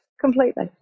Completely